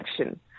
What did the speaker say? action